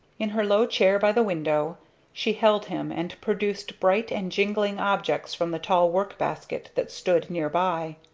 in her low chair by the window she held him and produced bright and jingling objects from the tall workbasket that stood near by,